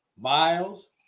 Miles